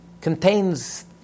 contains